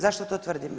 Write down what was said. Zašto to tvrdim?